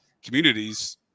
communities